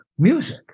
music